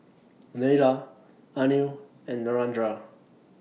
Neila Anil and Narendra